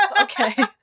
Okay